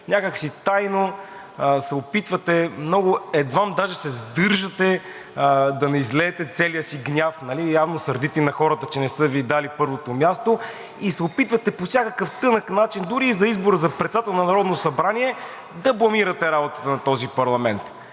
някак си тайно се опитвате, едвам даже се сдържате да не излеете целия си гняв, явно сърдити на хората, че не са Ви дали първото място, и се опитвате по всякакъв тънък начин – дори и за избор за председател на Народното събрание, да бламирате работата на този парламент.